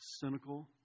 cynical